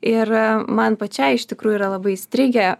ir man pačiai iš tikrųjų yra labai įstrigę